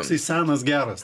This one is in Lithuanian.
tasai senas geras